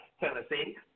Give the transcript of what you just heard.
Tennessee